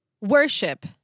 worship